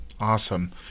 Awesome